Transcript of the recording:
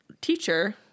teacher